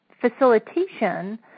facilitation